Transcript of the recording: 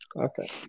Okay